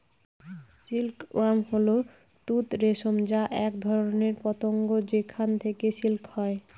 silk worm হল তুঁত রেশম যা এক ধরনের পতঙ্গ যেখান থেকে সিল্ক হয়